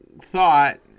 thought